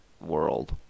world